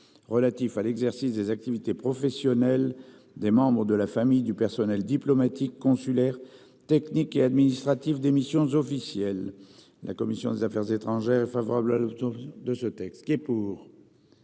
relatif à l'exercice des activités professionnelles des membres de la famille du personnel diplomatiques consulaires techniques et administratifs des missions officielles. La commission des Affaires étrangères favorable à tour de ce. C'est ce qui est pour.